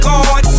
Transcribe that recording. God